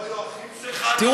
לא היו אחים שלך?